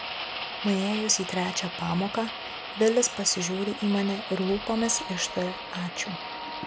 nuėjus į trečią pamoką vilis pasižiūri į mane ir lūpomis ištaria ačiū